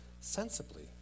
sensibly